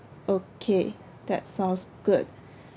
okay that sounds good